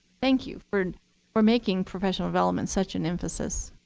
thank you for for making professional development such an emphasis.